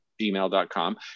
gmail.com